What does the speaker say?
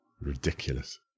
ridiculous